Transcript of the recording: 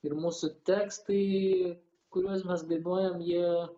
ir mūsų tekstai kuriuos mes dainuojam jie